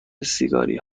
سیگاری